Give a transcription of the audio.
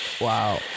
Wow